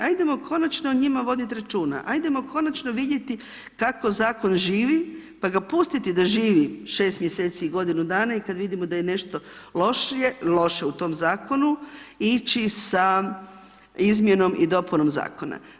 Ajdemo konačno o njima voditi računa, ajdemo konačno vidjeti kako zakon živi pa ga pustiti da živi 6 mjeseci i godinu dana i kada vidimo da je nešto loše u tom zakonu ići sa izmjenom i dopunom zakona.